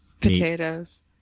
potatoes